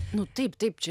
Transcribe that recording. nu taip taip čia